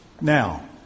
Now